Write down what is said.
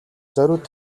зориуд